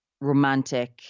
romantic